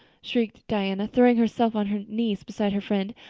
shrieked diana, throwing herself on her knees beside her friend.